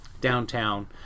downtown